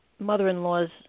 mother-in-law's